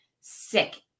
sick